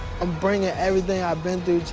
i'm bringing ah everything i've been through to